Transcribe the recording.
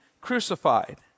crucified